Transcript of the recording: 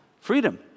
freedom